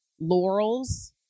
Laurel's